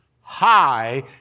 High